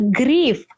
grief